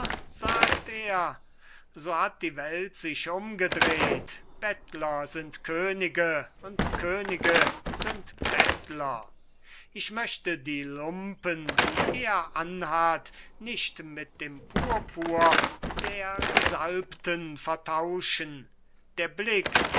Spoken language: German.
sagt er so hat die welt sich umgedreht bettler sind könige und könige sind bettler ich möchte die lumpen die er anhat nicht mit dem purpur der gesalbten vertauschen der blick